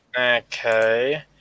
Okay